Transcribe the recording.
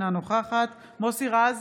אינה נוכחת מוסי רז,